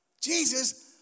Jesus